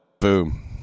Boom